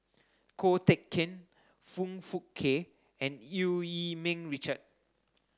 Ko Teck Kin Foong Fook Kay and Eu Yee Ming Richard